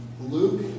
Luke